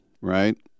right